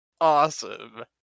Awesome